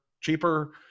cheaper